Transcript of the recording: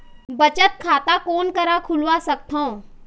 बचत खाता कोन करा खुलवा सकथौं?